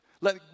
Let